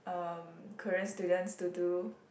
um Korean students to do